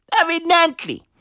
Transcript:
evidently